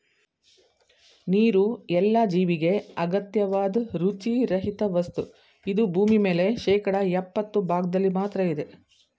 ನೀರುಎಲ್ಲ ಜೀವಿಗೆ ಅಗತ್ಯವಾದ್ ರುಚಿ ರಹಿತವಸ್ತು ಇದು ಭೂಮಿಮೇಲೆ ಶೇಕಡಾ ಯಪ್ಪತ್ತು ಭಾಗ್ದಲ್ಲಿ ಮಾತ್ರ ಇದೆ